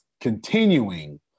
continuing